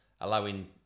allowing